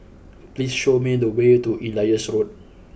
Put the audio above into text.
please show me the way to Elias Road